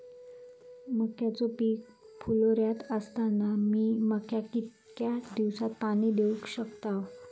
मक्याचो पीक फुलोऱ्यात असताना मी मक्याक कितक्या दिवसात पाणी देऊक शकताव?